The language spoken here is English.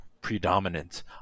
predominant